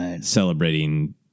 celebrating